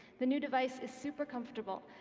the new device is super comfortable.